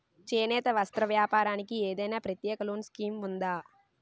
చేనేత వస్త్ర వ్యాపారానికి ఏదైనా ప్రత్యేక లోన్ స్కీం ఉందా?